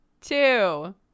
two